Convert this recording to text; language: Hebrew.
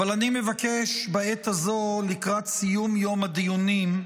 אבל אני מבקש בעת הזו, לקראת סיום יום הדיונים,